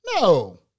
no